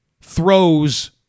throws